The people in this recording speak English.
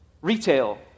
retail